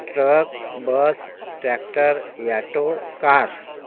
truck bus tractor auto car